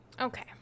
okay